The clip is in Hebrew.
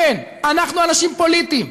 כן, אנחנו אנשים פוליטיים,